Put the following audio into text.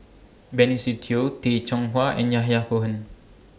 Benny Se Teo Tay Chong Hai and Yahya Cohen